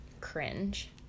cringe